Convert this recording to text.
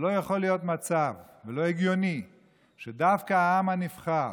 לא יכול להיות מצב, לא הגיוני שדווקא העם הנבחר,